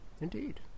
Indeed